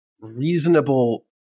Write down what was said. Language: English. reasonable